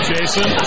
Jason